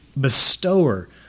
bestower